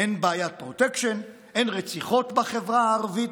אין בעיית פרוטקשן, אין רציחות בחברה הערבית,